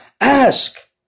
Ask